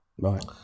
Right